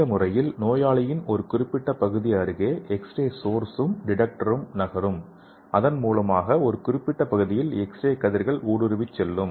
இந்த முறையில் நோயாளியின் ஒரு குறிப்பிட்ட பகுதி அருகே எக்ஸ்ரே சோர்ஸும் டிடெக்டரும் நகரும் அதன் மூலமாக ஒரு குறிப்பிட்ட பகுதியில் எக்ஸ்ரே கதிர்கள் ஊடுருவி செல்லும்